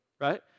right